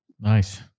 Nice